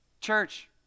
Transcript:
Church